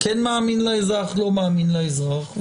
כן מאמין לאזרח, לא מאמין לאזרח.